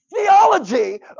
theology